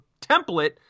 template